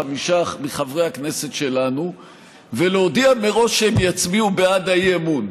חמישה מחברי הכנסת שלנו ולהודיע מראש שהם יצביעו בעד האי-אמון.